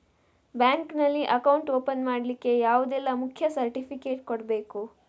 Bank ನಲ್ಲಿ account open ಮಾಡ್ಲಿಕ್ಕೆ ಯಾವುದೆಲ್ಲ ಮುಖ್ಯ ಸರ್ಟಿಫಿಕೇಟ್ ಕೊಡ್ಬೇಕು?